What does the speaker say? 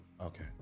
Okay